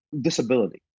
disability